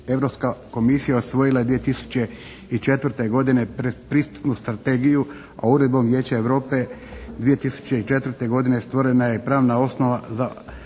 Europska Komisija usvojila je 2004. godine pristupnu strategiju, a uredbom Vijeća Europe 2004. godine stvorena je pravna osnova za